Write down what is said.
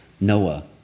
Noah